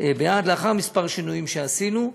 בעד לאחר כמה שינויים שעשינו.